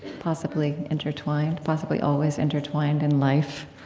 possibly intertwined, possibly always intertwined in life.